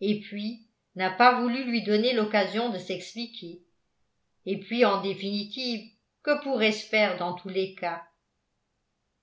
et puis n'a pas voulu lui donner l'occasion de s'expliquer et puis en définitive que pourrais-je faire dans tous les cas